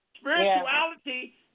Spirituality